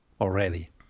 already